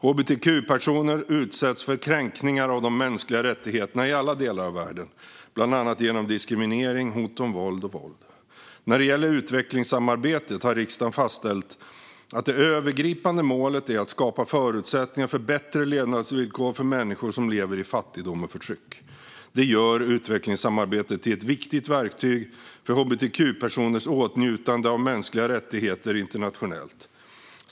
Hbtq-personer utsätts för kränkningar av de mänskliga rättigheterna i alla delar av världen, bland annat genom diskriminering, hot om våld och våld. När det gäller utvecklingssamarbetet har riksdagen fastställt att det övergripande målet är att skapa förutsättningar för bättre levnadsvillkor för människor som lever i fattigdom och förtryck. Det gör utvecklingssamarbetet till ett viktigt verktyg för hbtq-personers åtnjutande av mänskliga rättigheter internationellt.